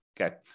okay